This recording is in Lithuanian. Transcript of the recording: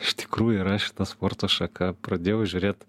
iš tikrųjų yra šita sporto šaka pradėjau žiūrėt